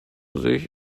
sich